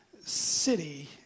city